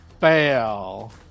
fail